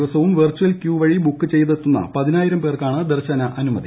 ദിവസവും virtual queue വഴി book ചെയ്തെത്തുന്ന പതിനായിരം പേർക്കാണ് ദർശന അനുമതി